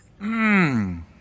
Mmm